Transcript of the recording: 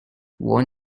worn